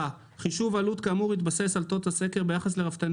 בא "חישוב עלות כאמור יתבסס על תוצאות הסקר ביחס לרפתות